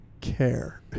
care